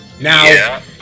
Now